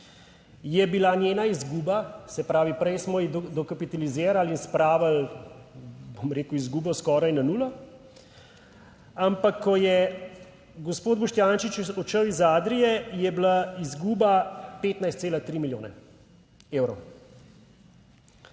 je bila njena izguba, se pravi, prej smo jo dokapitalizirali in spravili, bom rekel, izgubo skoraj na nulo, ampak ko je gospod Boštjančič odšel iz Adrie, je bila izguba 15,3 milijone evrov.